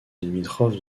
limitrophe